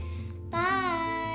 Bye